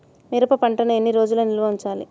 మిరప పంటను ఎన్ని రోజులు నిల్వ ఉంచాలి?